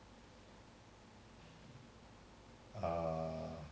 uh